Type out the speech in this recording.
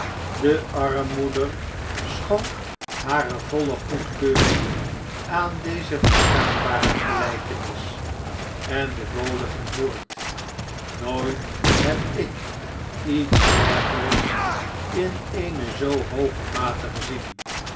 de armmoeder schonk hare volle goedkeuring aan deze verstaanbare gelijkenis en de bode ging voort nooit heb ik iets dergelijks in een e zoo hooge mate gezien